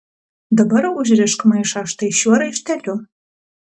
dabar užrišk maišą štai šiuo raišteliu